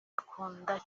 akunda